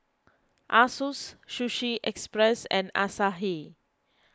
Asus Sushi Express and Asahi